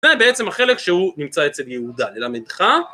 זה בעצם החלק שהוא נמצא אצל יהודה ללמדך.